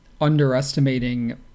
underestimating